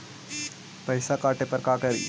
पैसा काटे पर का करि?